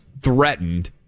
threatened